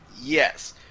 Yes